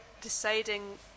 deciding